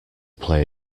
play